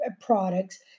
products